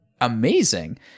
amazing